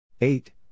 eight